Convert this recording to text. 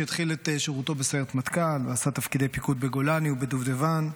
שהתחיל את שירותו בסיירת מטכ"ל ועשה תפקידי פיקוד בגולני ובדובדבן,